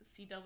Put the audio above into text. CW